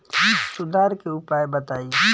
सुधार के उपाय बताई?